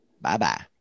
Bye-bye